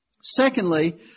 Secondly